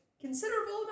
considerable